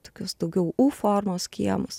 tokius daugiau u formos kiemus